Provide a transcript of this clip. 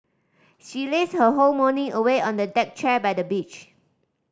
she lazed her whole morning away on a deck chair by the beach